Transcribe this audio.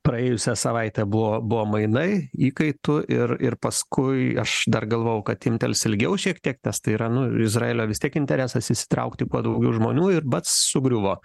praėjusią savaitę buvo buvo mainai įkaitų ir ir paskui aš dar galvojau kad timptels ilgiau šiek tiek nes tai yra nu izraelio vis tiek interesas įsitraukti kuo daugiau žmonių ir bac sugriuvo